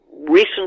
Recent